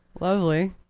lovely